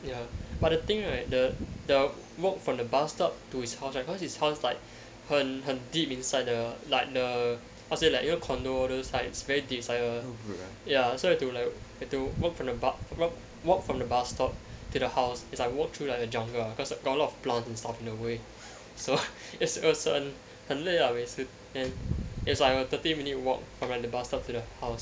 ya but the thing right the the walk from the bus stop to his house right cause his house like 很很 deep inside the like the how to say like you know condo all those like it's very deep it's like err ya so you have to like have to walk from the bu~ walk walk from the bus stop to the house is like walk through like a jungle ah cause got like a lot of plants and stuff in the way so it's was um 很累 lah 每次 then it's like a thirty minute walk from the bus stop to the house